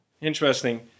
Interesting